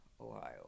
Ohio